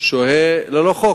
שוהה שלא כחוק.